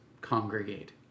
congregate